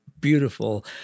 beautiful